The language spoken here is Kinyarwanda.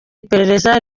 iperereza